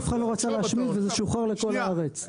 אף אחד לא רצה להשמיד וזה שוחרר לכל הארץ.